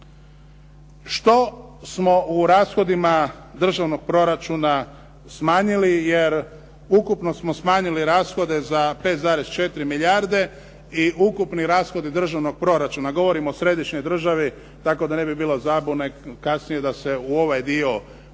Što smo u rashodima državnog proračuna smanjili, jer ukupno smo smanjili rashode za 5,4 milijarde i ukupni rashod državnog proračuna, govorim o središnjoj državi, tako da ne bi bilo zabune kasnije da se u ovaj dio uključuje